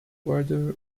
order